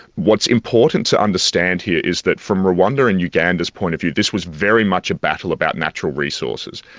what's important to understand here is that from rwanda and uganda's point of view, this was very much a battle about natural resources.